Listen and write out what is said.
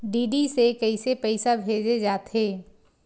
DD से कइसे पईसा भेजे जाथे?